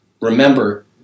remember